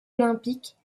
olympiques